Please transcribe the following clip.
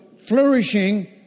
flourishing